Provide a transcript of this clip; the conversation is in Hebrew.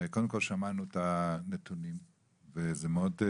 קודם כל שמענו את הנתונים וזה מאוד,